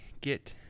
get